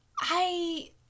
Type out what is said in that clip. I-